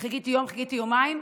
חיכיתי יום, חיכיתי יומיים,